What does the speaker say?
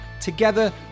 Together